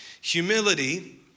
Humility